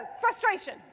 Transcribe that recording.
frustration